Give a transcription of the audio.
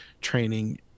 training